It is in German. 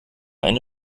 eine